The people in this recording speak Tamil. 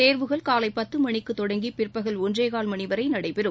தேர்வுகள் காலைபத்தமணிக்குதொடங்கிபிற்பகல் ஒன்றேகால் மணிவரைநடைபெறும்